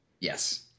Yes